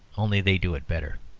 only they do it better.